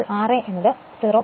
അതിനാൽ ra എന്നത് 0